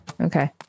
Okay